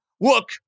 Look